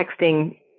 texting